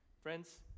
Friends